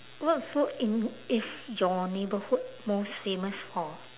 what food in is your neighbourhood most famous for